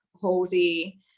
Halsey